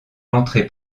l’entrée